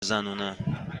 زنونه